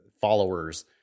followers